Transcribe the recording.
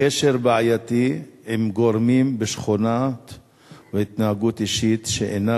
קשר בעייתי עם גורמים בשכונות והתנהגות אישית שאינה